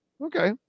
Okay